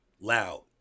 loud